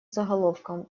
заголовком